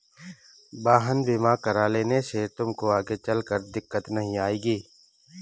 वाहन बीमा करा लेने से तुमको आगे चलकर दिक्कत नहीं आएगी